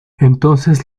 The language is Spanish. entonces